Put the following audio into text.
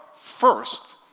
first